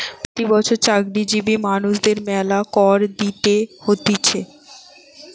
প্রতি বছর চাকরিজীবী মানুষদের মেলা কর দিতে হতিছে